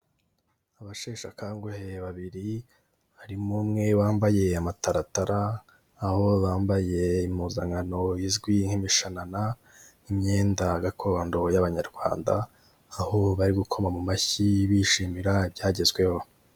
Abasheshe akanguhe babiri, barimo umwe wambaye amataratara, aho bambaye impuzankano izwi nk'imishanana, imyenda gakondo y'abanyarwanda, aho bari gukoma mu mashyi bishimira ibyagezweho.